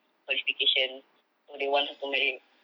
qualifications so they want her to marry